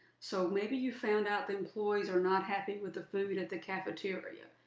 so maybe you found out that employees are not happy with the food at the cafeteria,